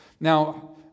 Now